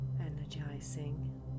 Energizing